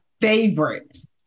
favorites